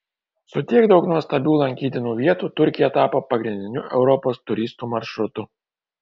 su tiek daug nuostabių lankytinų vietų turkija tapo pagrindiniu europos turistų maršrutu